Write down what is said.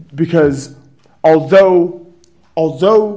because although although